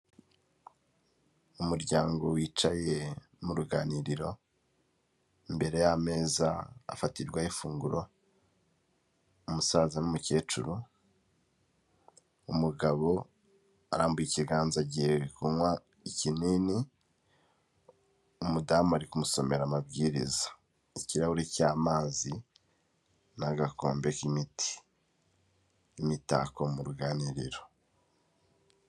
Umuryango wicaye mu ruganiriro imbere y'ameza afatirwaho ifunguro umusaza n'umukecuru, umugabo arambuye ikiganza agiye kunywa ikinini, umudamu ari kumusomera amabwiriza, ikirahuri cy'amazi n'agakombe k'imiti, imitako mu ruganiriro.